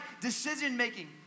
decision-making